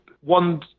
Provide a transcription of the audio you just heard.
one